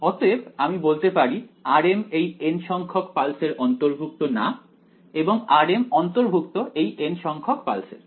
অতএব আমি বলতে পারি rm এই n সংখ্যক পালসের অন্তর্ভুক্ত না এবং rm অন্তর্ভুক্ত এই n সংখ্যক পালসের